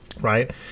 right